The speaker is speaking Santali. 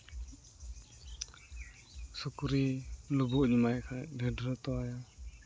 ᱥᱩᱠᱨᱤ ᱞᱩᱵᱩᱜ ᱤᱧ ᱮᱢᱟᱭ ᱠᱷᱟᱱ ᱰᱷᱮᱨ ᱰᱷᱮᱨᱮ ᱛᱚᱣᱟᱭᱟ